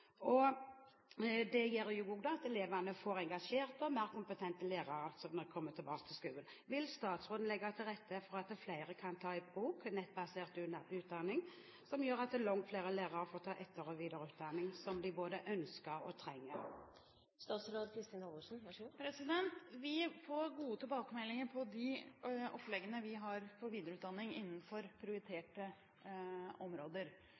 gir. Det gjør at elevene får engasjerte og mer kompetente lærere når disse kommer tilbake til skolen. Vil statsråden legge til rette for at flere kan ta i bruk nettbasert utdanning, som gjør at langt flere lærere får ta etter- og videreutdanning, som de både ønsker og trenger? Vi får gode tilbakemeldinger på de oppleggene vi har for videreutdanning innenfor prioriterte områder.